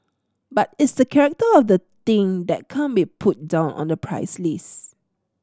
but it's the character of the thing that can't be put down on the price list